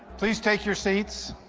please take your seats.